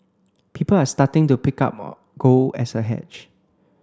people are starting to pick up on gold as a hedge